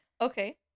Okay